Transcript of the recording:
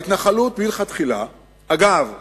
אגב,